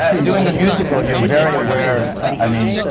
i mean. doing a musical, you're very aware. i mean,